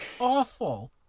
awful